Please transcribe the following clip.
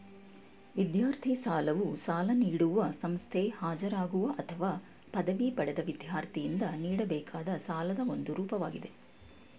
ವಿದ್ಯಾರ್ಥಿ ಸಾಲವು ಸಾಲ ನೀಡುವ ಸಂಸ್ಥೆ ಹಾಜರಾಗುವ ಅಥವಾ ಪದವಿ ಪಡೆದ ವಿದ್ಯಾರ್ಥಿಯಿಂದ ನೀಡಬೇಕಾದ ಸಾಲದ ಒಂದು ರೂಪವಾಗಿದೆ